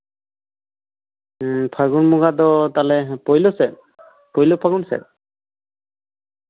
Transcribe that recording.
ᱦᱮᱸ ᱯᱷᱟᱹᱜᱩᱱ ᱵᱚᱸᱜᱟ ᱫᱚ ᱛᱟᱦᱞᱮ ᱯᱳᱭᱞᱳ ᱥᱮᱫ ᱯᱳᱭᱞᱳ ᱯᱷᱟᱹᱜᱩᱱ ᱥᱮᱫ